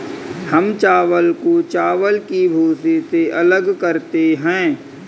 हम चावल को चावल की भूसी से अलग करते हैं